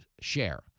share